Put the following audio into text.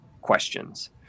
questions